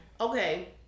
Okay